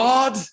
God